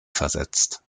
versetzt